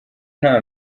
nta